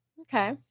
Okay